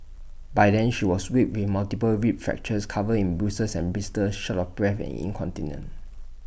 by then she was weak with multiple rib fractures covered in bruises and blisters short of breath and incontinent